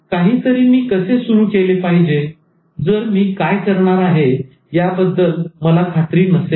तर काहीतरी मी कसे सुरु केले पाहिजे जर मी काय करणार आहे याबद्दल मला खात्री नसेल तर